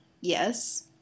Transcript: Yes